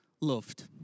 loved